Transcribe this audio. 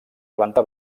planta